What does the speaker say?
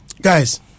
Guys